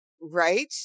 right